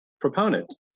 proponent